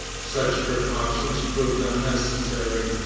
such precautions proved unnecessary.